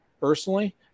personally